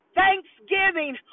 thanksgiving